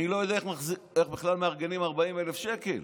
אני לא יודע איך בכלל מארגנים 40,000 שקל